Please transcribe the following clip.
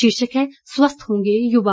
शीर्षक है स्वस्थ होंगे युवा